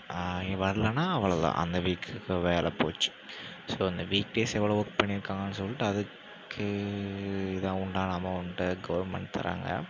வரலைனா அவ்வளோ தான் அந்த வீக்குக்கு வேலை போச்சு ஸோ இந்த வீக் டேஸ் எவ்வளோ ஒர்க் பண்ணிருக்காங்கன்னு சொல்லிட்டு அதுக்கு இது உண்டான அமௌண்ட்டை கவர்மெண்ட் தராங்க